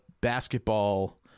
basketball